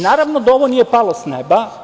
Naravno da ovo nije palo sa neba.